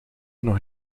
nog